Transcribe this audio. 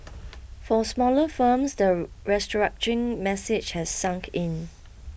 for smaller firms the restructuring message has sunk in